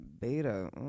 Beta